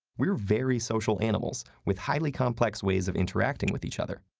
we're very social animals with highly complex ways of interacting with each other.